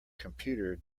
computer